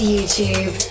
YouTube